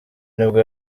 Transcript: nibwo